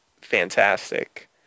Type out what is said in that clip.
fantastic